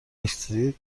استریت